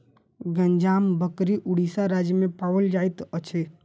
गंजाम बकरी उड़ीसा राज्य में पाओल जाइत अछि